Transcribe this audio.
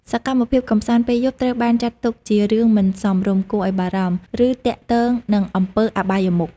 សកម្មភាពកម្សាន្តពេលយប់ត្រូវបានចាត់ទុកជារឿងមិនសមរម្យ គួរឱ្យបារម្ភ ឬទាក់ទងនឹងអំពើអបាយមុខ។